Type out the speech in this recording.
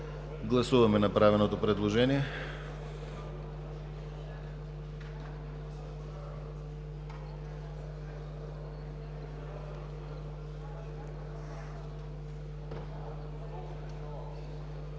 гласуване направеното предложение.